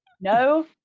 no